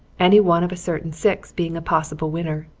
any one of a certain six being a possible winner.